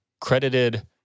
credited